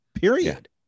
period